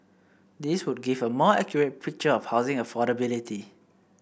these would give a more accurate picture of housing affordability